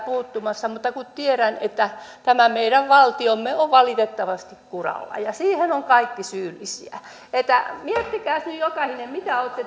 puuttumassa mutta kun tiedän että tämä meidän valtiomme on valitettavasti kuralla ja siihen ovat kaikki syyllisiä niin miettikääs nyt jokainen mitä olette